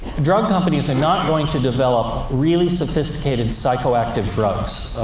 drug companies are not going to develop really sophisticated psychoactive drugs.